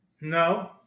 No